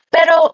Pero